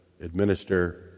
administer